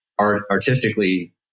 artistically